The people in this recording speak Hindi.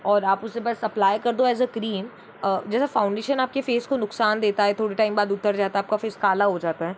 और आप उसे बस अप्लाई कर दो एज़ क्रीम जैसे फाउंडेशन आपके फेस को नुकसान देता है तो थोड़े टाइम बाद उतर जाता है आपका फेस काला हो जाता है